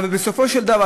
אבל בסופו של דבר,